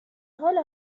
حال